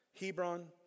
Hebron